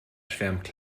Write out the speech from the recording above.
schwärmt